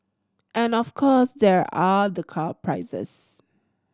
and of course there are the car prices